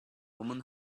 woman